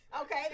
Okay